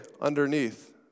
underneath